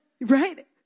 Right